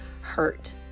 hurt